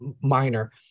minor